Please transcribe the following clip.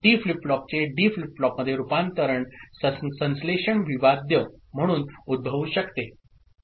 T flip फ्लॉपचे D flip फ्लॉपमध्ये रूपांतरण संश्लेषण विवाद्य प्रॉब्लेम म्हणून उद्भवू शकते